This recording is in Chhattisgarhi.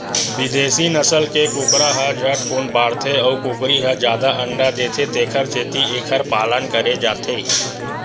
बिदेसी नसल के कुकरा ह झटकुन बाड़थे अउ कुकरी ह जादा अंडा देथे तेखर सेती एखर पालन करे जाथे